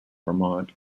vermont